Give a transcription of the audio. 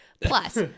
Plus